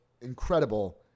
incredible